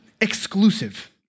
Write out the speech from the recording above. exclusive